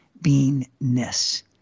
beingness